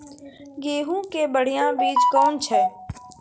गेहूँ के बढ़िया बीज कौन छ?